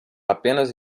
apenas